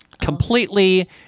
completely